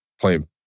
playing